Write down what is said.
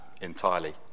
entirely